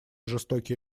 жестокие